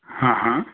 हां हां